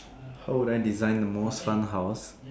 how would I design the most fun house